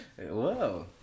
Whoa